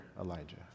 Elijah